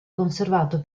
conservato